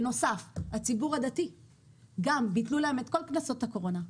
לציבור הדתי גם ביטלו את כל קנסות הקורונה.